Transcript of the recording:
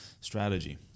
Strategy